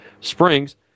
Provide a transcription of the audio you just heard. springs